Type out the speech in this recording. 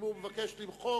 אם הוא מבקש למחוק,